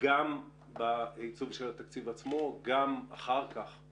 גם בעיצוב של התקציב עצמו, גם בהתמודדות